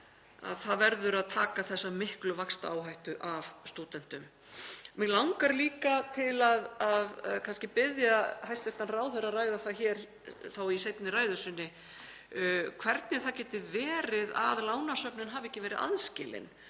það verður að taka þessa miklu vaxtaáhættu af stúdentum. Mig langar líka að biðja hæstv. ráðherra að ræða það hér í seinni ræðu sinni hvernig það geti verið að lánasöfnin hafi ekki verið aðskilin